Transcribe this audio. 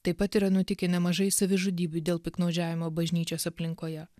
taip pat yra nutikę nemažai savižudybių dėl piktnaudžiavimo bažnyčios aplinkoje